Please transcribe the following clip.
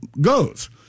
goes